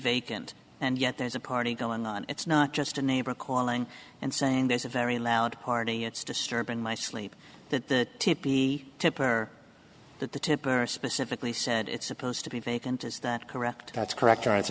vacant and yet there's a party going on it's not just a neighbor calling and saying there's a very loud party it's disturbing my sleep that it be tipper that the tip are specifically said it's supposed to be vacant is that correct that's correct